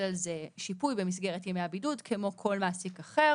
שיפוי במסגרת ימי הבידוד כמו כל מעסיק אחר.